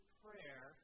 prayer